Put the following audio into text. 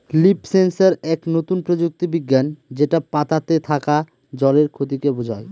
leaf sensor এক নতুন প্রযুক্তি বিজ্ঞান যেটা পাতাতে থাকা জলের ক্ষতিকে বোঝায়